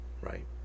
right